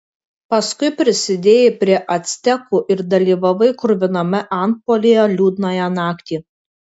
paskui prisidėjai prie actekų ir dalyvavai kruviname antpuolyje liūdnąją naktį